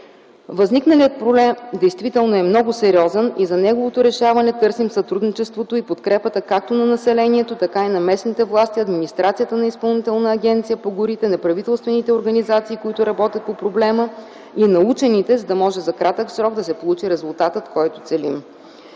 Възникналият проблем действително е много сериозен и за неговото решаване търсим сътрудничеството и подкрепата както на населението, така и на местните власти, администрацията на Изпълнителна агенция по горите, неправителствените организации, които работят по проблема и на учените, за да може за кратък срок да се получи резултатът, който целим.